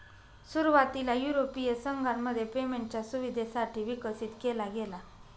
सुरुवातीला युरोपीय संघामध्ये पेमेंटच्या सुविधेसाठी विकसित केला गेला